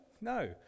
No